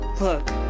Look